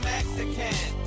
Mexican